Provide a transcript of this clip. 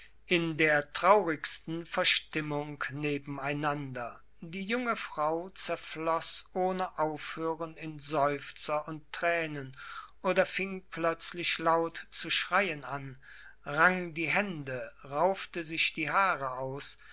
in der traurigsten verstimmung nebeneinander die junge frau zerfloß ohne aufhören in seufzer und tränen oder fing plötzlich laut zu schreien an rang die hände raufte sich die haare aus